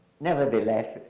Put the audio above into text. nevertheless,